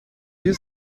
you